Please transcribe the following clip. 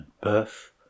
birth